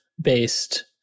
based